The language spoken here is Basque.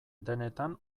denetan